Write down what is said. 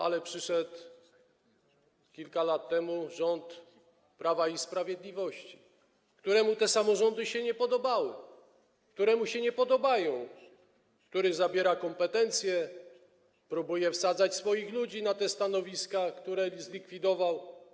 Ale przyszedł kilka lat temu rząd Prawa i Sprawiedliwości, któremu te samorządy się nie podobały, które mu się nie podobają, który zabiera kompetencje, próbuje wsadzać swoich ludzi na te stanowiska, które zlikwidował.